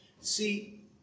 See